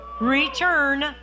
return